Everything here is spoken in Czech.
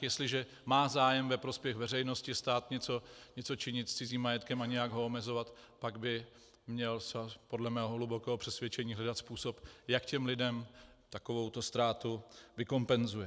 Jestliže má zájem ve prospěch veřejnosti stát něco činit s cizím majetkem a nějak ho omezovat, pak by měl podle mého hlubokého přesvědčení hledat způsob, jak těm lidem takovouto ztrátu vykompenzuje.